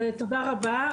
אז, תודה רבה.